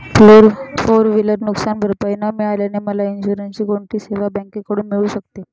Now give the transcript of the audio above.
Four wheeler नुकसानभरपाई न मिळाल्याने मला इन्शुरन्सची कोणती सेवा बँकेकडून मिळू शकते?